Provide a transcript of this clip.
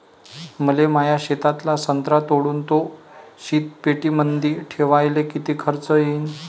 मले माया शेतातला संत्रा तोडून तो शीतपेटीमंदी ठेवायले किती खर्च येईन?